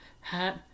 hat